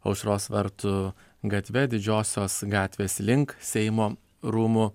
aušros vartų gatve didžiosios gatvės link seimo rūmų